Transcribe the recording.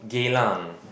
Geylang